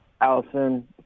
Allison